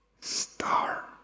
star